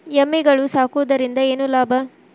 ಎಮ್ಮಿಗಳು ಸಾಕುವುದರಿಂದ ಏನು ಲಾಭ?